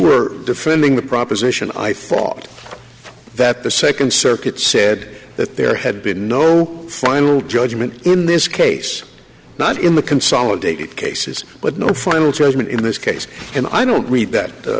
were defending the proposition i thought that the second circuit said that there had been no final judgment in this case not in the consolidated cases but no final judgment in this case and i don't read that